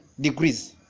degrees